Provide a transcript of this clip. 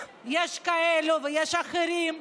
יש כאלה ויש אחרים.